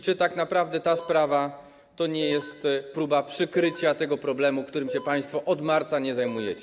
Czy tak naprawdę ta sprawa to nie jest próba przykrycia tego problemu, którym się państwo od marca nie zajmujecie?